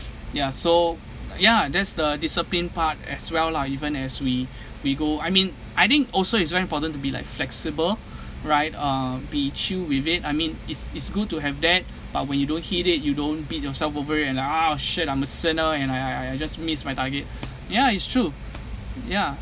ya so ya that's the discipline part as well lah even as we we go I mean I think also it's very important to be like flexible right uh be chill with it I mean it's it's good to have that but when you don't hit it you don't beat yourself over it and then oh shit I'm a sinner and I I I I just miss my target ya it's true ya